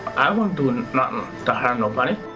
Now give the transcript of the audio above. i wouldn't do and nuttin to harm nobody.